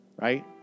right